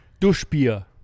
Duschbier